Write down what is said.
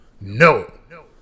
no